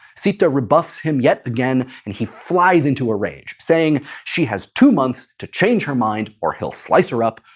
sita rebuffs him yet again and he flies into a rage, saying she has two months to change her mind or he'll slice her up,